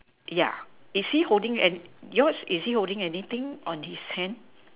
ya yours is he holding anything on his hand